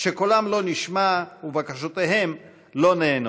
שקולם לא נשמע ובקשותיהם לא נענות.